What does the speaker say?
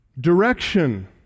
direction